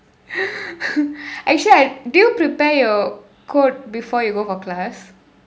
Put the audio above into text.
actually I do prepare your code before you go for class